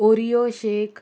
oreo shake